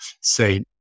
say